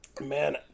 man